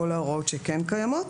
כל ההוראות שכן קיימות.